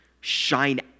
shine